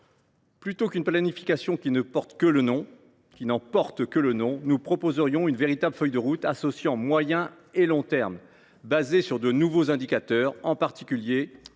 Plutôt qu’une planification qui n’en porte que le nom, nous proposerions une véritable feuille de route associant moyen et long termes, basée sur de nouveaux indicateurs, en particulier